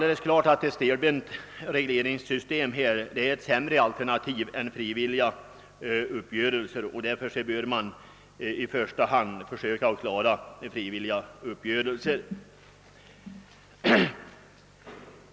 Ett stelbent regleringssystem är sämre än frivilliga uppgörelser, och därför bör man i första hand försöka klara detta genom överenskommelser.